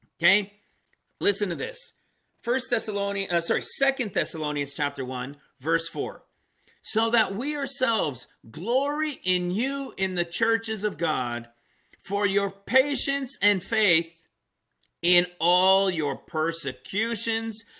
okay listen to this first thessalonians. sorry second thessalonians chapter one verse four so that we ourselves glory in you in the churches of god for your patience and faith in all your persecutions